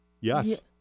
Yes